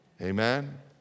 Amen